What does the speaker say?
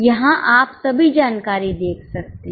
यहां आप सभी जानकारी देख सकते हैं